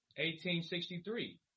1863